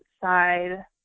side